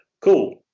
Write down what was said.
Cool